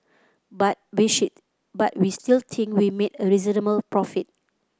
but we but we still think we made a reasonable profit